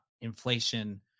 inflation